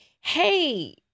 Hey